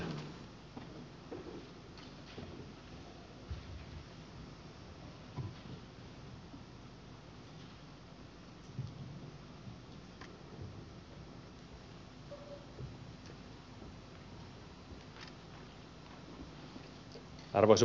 arvoisa puhemies